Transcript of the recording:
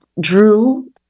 drew